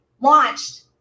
launched